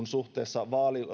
suhteessa